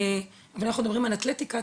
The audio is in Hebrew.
ואנחנו מדברים על אתלטיקה,